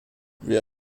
wir